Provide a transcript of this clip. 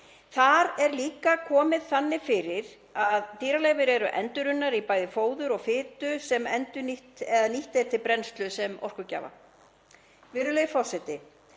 Þar er því líka komið þannig fyrir að dýraleifar eru endurunnar í bæði fóður og fitu sem nýtt er til brennslu sem orkugjafi. Virðulegi forseti.